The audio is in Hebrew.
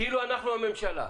כאילו אנחנו הממשלה.